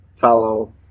follow